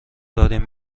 داریم